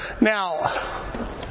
Now